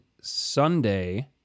Sunday